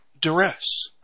duress